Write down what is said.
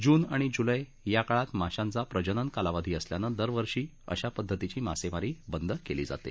जून आणि जूलै या काळात माश्यांचा प्रजनन कालावधी असल्यानं दरवर्षी अशा पध्दतीची मासेमारी बंदी केली जात असते